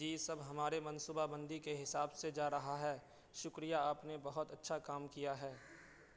جی سب ہمارے منصوبہ بندی کے حساب سے جا رہا ہے شکریہ آپ نے بہت اچھا کام کیا ہے